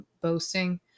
boasting